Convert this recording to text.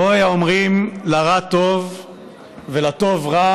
"הוי האֹמרים לרע טוב ולטוב רע